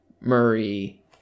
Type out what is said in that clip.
Murray